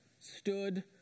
stood